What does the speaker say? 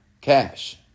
Cash